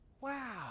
wow